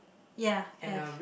ya have